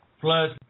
Plus